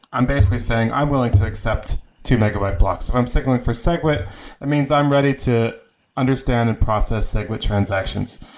i'm basically saying i'm willing to accept two megabyte blocks. if i'm signaling for segwit it means i'm ready to understand and process segwit transactions.